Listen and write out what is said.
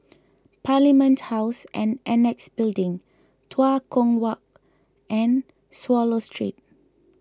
Parliament House and Annexe Building Tua Kong Walk and Swallow Street